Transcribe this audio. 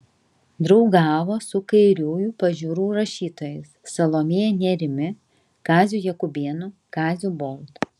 draugavo su kairiųjų pažiūrų rašytojais salomėja nėrimi kaziu jakubėnu kaziu boruta